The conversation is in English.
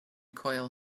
coil